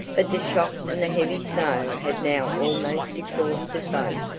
but the shock and the heavy snow had now almost exhausted both.